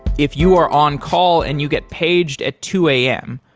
if you are on call and you get paged at two a m,